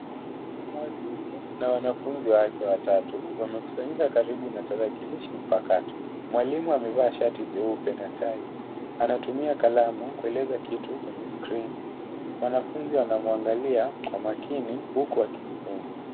Mwalimu na wanafunzi wake watatu wamekusanyika karibu na tarakilishi mpakato. Mwalimu amevaa shati jeupe na tai. Anatumia kalamu kueleza kitu kwenye skrini. Wanafunzi wanamwangalia kwa makini huku wakijifunza.